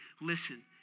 Listen